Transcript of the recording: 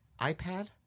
iPad